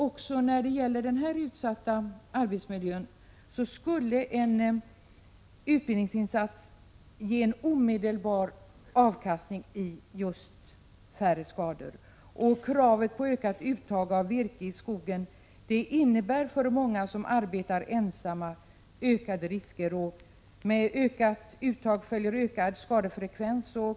Också när det gäller denna utsatta arbetsmiljö skulle en utbildningsinsats ge en omedelbar avkastning i form av just färre skador. Och kravet på ökat uttag av virke i skogen innebär för många som arbetar ensamma ökade risker. Med ökade uttag följer ökad skadefrekvens.